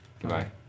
Goodbye